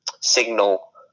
signal